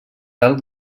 alt